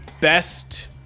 best